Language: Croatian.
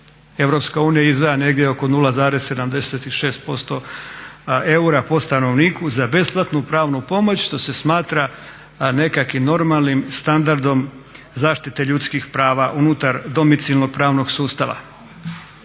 EU. EU izdvaja negdje oko 0,76% eura po stanovniku za besplatnu pravnu pomoć što se smatra nekakvim normalnim standardom zaštite ljudskih prava unutar domicilnog pravnog sustava.